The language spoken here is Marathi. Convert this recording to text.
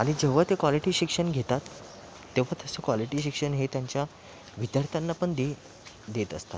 आणि जेव्हा ते क्वालिटी शिक्षण घेतात तेव्हा तसं क्वालिटी शिक्षण हे त्यांच्या विद्यार्थ्यांना पण दे देत असतात